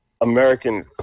American